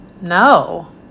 No